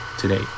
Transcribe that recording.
today